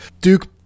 Duke